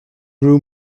grew